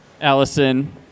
allison